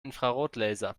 infrarotlaser